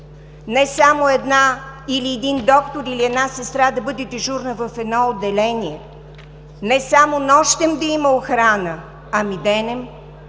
Не само един доктор или една сестра да бъде дежурна в едно отделение, не само нощем да има охрана, ами и денем.